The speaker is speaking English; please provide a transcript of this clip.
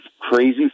crazy